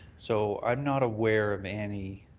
so i'm not aware of any